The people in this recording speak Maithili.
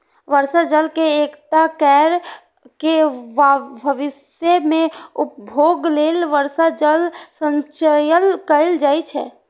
बर्षा जल के इकट्ठा कैर के भविष्य मे उपयोग लेल वर्षा जल संचयन कैल जाइ छै